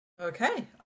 Okay